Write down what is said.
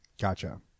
gotcha